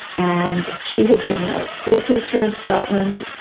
and she had been a school teacher in scotland,